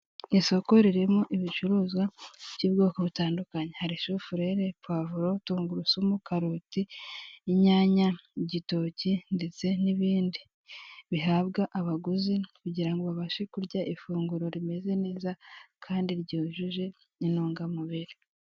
Isoko ririmo ibicuruzwa by'ubwoko butandukanye; hari sufurere, pavuro tungurusumu, karoti, inyanya, igitoki ndetse n'ibindi. Bihabwa abaguzi kugirango ngo abashe kurya ifunguro rimeze neza kandi ryujuje intungamubiri.